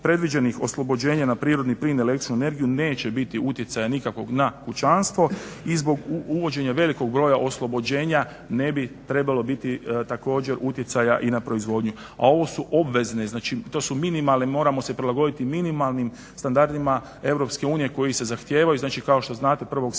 predviđenih oslobođenja na prirodni plin, električnu energiju neće biti utjecaja nikakvog na kućanstvo. I zbog uvođenja velikog broja oslobođenja ne bi trebalo biti također utjecaja i na proizvodnju, a ovo su obvezne, znači to su minimalne. Moramo se prilagoditi minimalnim standardima EU koji se zahtijevaju. Znači, kao što znate 1.7.